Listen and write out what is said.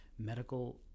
medical